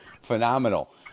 phenomenal